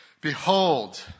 Behold